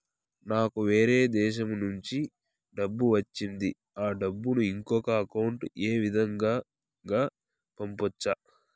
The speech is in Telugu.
నాకు వేరే దేశము నుంచి డబ్బు వచ్చింది ఆ డబ్బును ఇంకొక అకౌంట్ ఏ విధంగా గ పంపొచ్చా?